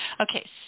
Okay